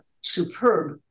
superb